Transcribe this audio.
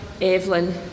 Evelyn